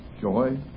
joy